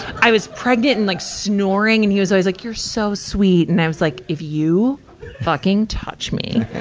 i was pregnant and like snoring. and he was always like, you're so sweet. and i was like, if you fucking touch me,